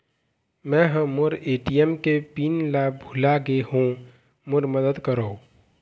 मै ह मोर ए.टी.एम के पिन ला भुला गे हों मोर मदद करौ